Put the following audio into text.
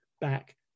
back